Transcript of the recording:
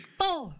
four